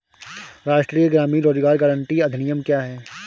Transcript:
राष्ट्रीय ग्रामीण रोज़गार गारंटी अधिनियम क्या है?